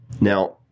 Now